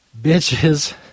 bitches